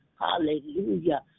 hallelujah